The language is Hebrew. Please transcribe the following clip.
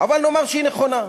אבל נאמר שהיא נכונה.